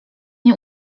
nie